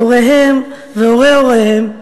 והוריהם והורי-הוריהם,